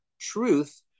truth